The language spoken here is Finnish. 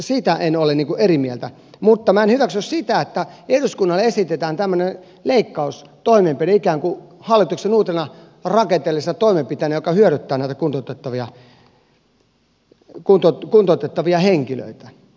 siitä en ole eri mieltä mutta minä en hyväksy sitä että eduskunnalle esitetään tämmöinen leikkaustoimenpide ikään kuin hallituksen uutena rakenteellisena toimenpiteenä joka hyödyttää näitä kuntoutettavia henkilöitä